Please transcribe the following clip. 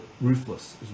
ruthless